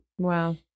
wow